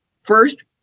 First